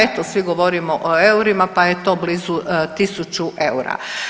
Eto svi govorimo eurima pa je to blizu 1.000 eura.